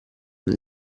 nel